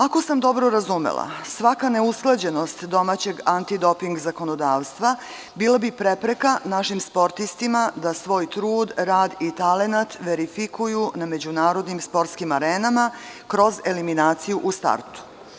Ako sam dobro razumela, svaka neusklađenost domaćeg antidoping zakonodavstva bila bi prepreka našim sportistima da svoj trud, rad i talenat verifikuju na međunarodnim sportskim arenama kroz eliminaciju u startu.